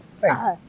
Thanks